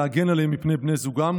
להגן עליהן מפני בני זוגן.